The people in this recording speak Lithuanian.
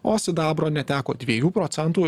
o sidabro neteko dviejų procentų